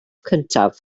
cyntaf